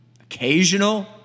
occasional